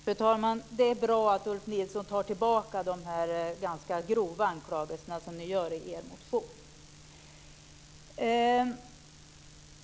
Fru talman! Det är bra att Ulf Nilsson tar tillbaka de ganska grova anklagelser som finns i motionen.